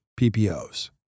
PPOs